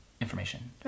information